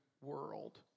world